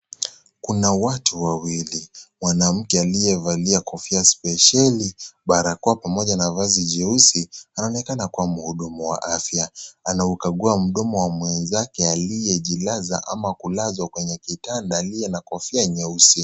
Kuna watu wawili, mwanamke aliyefalia kofia spesieli, barakoa pamoja na vazi jeusi anaonekana kuwa na mhudumu wa afya. Anaukagua mdomo wa mwenzake aliyejilaza ama kulazwa kwenye kitanda aliye kofia nyeusi.